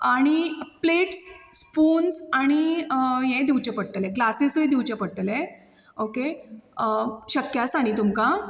आनी plates spoons आनी आनी हें दिवचें पडटलें ग्लासीसूय दिवचे पडटलें ओके शक्य आसा नी तुमकां